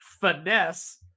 finesse